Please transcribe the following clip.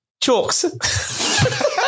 chalks